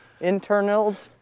internals